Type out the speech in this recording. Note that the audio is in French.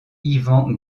ivan